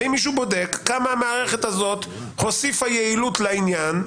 האם מישהו בודק כמה המערכת הזו הוסיפה יעילות לעניין,